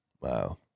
Wow